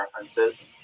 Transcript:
references